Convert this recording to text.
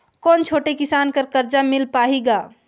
कौन छोटे किसान बर कर्जा मिल पाही ग?